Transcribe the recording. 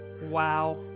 wow